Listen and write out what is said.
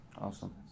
Awesome